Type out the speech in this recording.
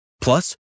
Plus